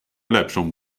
lepszą